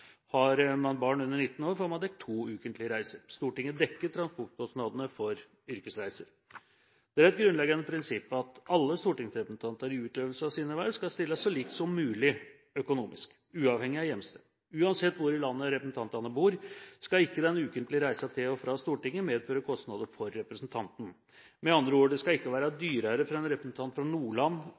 Har man barn under 19 år, får man dekket to ukentlige reiser. Stortinget dekker transportkostnadene for yrkesreiser. Det er et grunnleggende prinsipp at alle stortingsrepresentanter i utøvelsen av sine verv skal stilles så likt som mulig økonomisk, uavhengig av hjemsted. Uansett hvor i landet representantene bor, skal ikke den ukentlige reisen til og fra Stortinget medføre kostnader for representanten. Med andre ord: Det skal ikke være dyrere for en representant fra Nordland